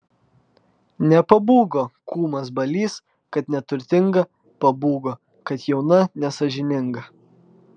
nepabūgo kūmas balys kad neturtinga pabūgo kad jauna nesąžininga